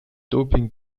doping